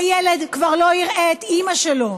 הילד כבר לא יראה את אימא שלו,